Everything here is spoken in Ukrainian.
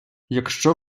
якщо